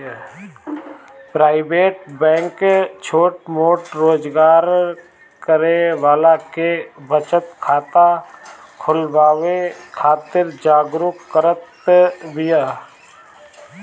private bank छोट मोट रोजगार करे वाला के बचत खाता खोलवावे खातिर जागरुक करत बिया